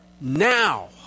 now